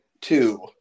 two